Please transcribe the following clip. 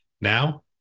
Now